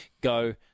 go